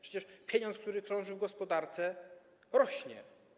Przecież pieniądz, który krąży w gospodarce, rośnie.